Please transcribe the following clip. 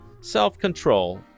self-control